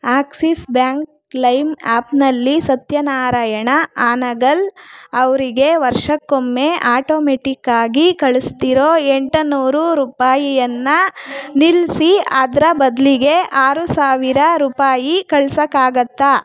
Axis Bank claim ಆಪ್ನಲ್ಲಿ ಸತ್ಯನಾರಾಯಣ ಆನಗಲ್ ಅವರಿಗೆ ವರ್ಷಕ್ಕೊಮ್ಮೆ ಆಟೊಮೆಟಿಕ್ಕಾಗಿ ಕಳಿಸ್ತಿರೋ ಎಂಟು ನೂರು ರೂಪಾಯಿಯನ್ನು ನಿಲ್ಲಿಸಿ ಅದರ ಬದಲಿಗೆ ಆರು ಸಾವಿರ ರೂಪಾಯಿ ಕಳ್ಸೋಕ್ಕಾಗತ್ತಾ